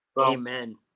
Amen